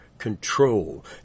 Control